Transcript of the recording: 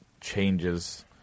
changes